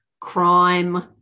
crime